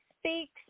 speaks